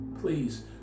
please